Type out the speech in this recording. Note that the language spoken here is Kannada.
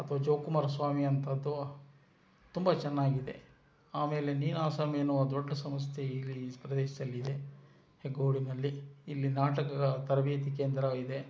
ಅಥವಾ ಜೋಕುಮಾರಸ್ವಾಮಿ ಅಂಥದ್ದು ತುಂಬ ಚೆನ್ನಾಗಿದೆ ಆಮೇಲೆ ನೀನಾಸಂ ಎನ್ನುವ ದೊಡ್ಡ ಸಂಸ್ಥೆ ಇಲ್ಲಿ ಈ ಪ್ರದೇಶದಲ್ಲಿದೆ ಹೆಗ್ಗೋಡಿನಲ್ಲಿ ಇಲ್ಲಿ ನಾಟಕದ ತರಬೇತಿ ಕೇಂದ್ರ ಇದೆ